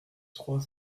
trois